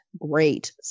great